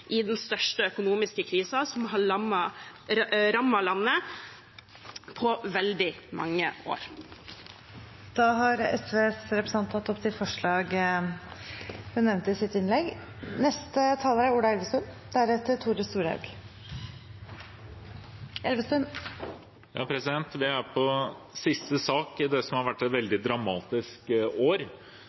i den største økonomiske krisen som har rammet landet på veldig mange år. Representanten Kari Elisabeth Kaski har tatt opp de forslagene hun refererte til. Vi er kommet til siste sak i det som har vært et veldig dramatisk år, med en situasjon med 200 000 arbeidsledige. Veldig mange bedrifter sliter tungt, og det